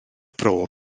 bro